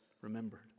remembered